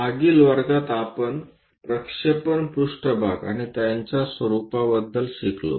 मागील वर्गात आपण प्रक्षेपण पृष्ठभाग आणि त्यांचे स्वरूप याबद्दल शिकलो